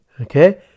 Okay